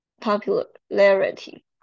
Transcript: popularity